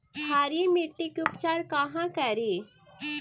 क्षारीय मिट्टी के उपचार कहा करी?